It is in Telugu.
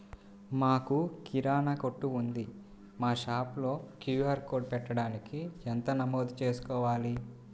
మాకు కిరాణా కొట్టు ఉంది మా షాప్లో క్యూ.ఆర్ కోడ్ పెట్టడానికి ఎక్కడ నమోదు చేసుకోవాలీ?